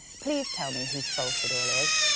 please tell me whose fault it all is,